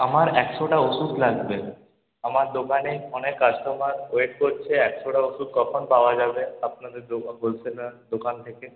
আমার একশোটা ওষুধ লাগবে আমার দোকানে অনেক কাস্টমার ওয়েট করছে একশোটা ওষুধ কখন পাওয়া যাবে আপনাদের দোকান হোলসেলার দোকান থেকে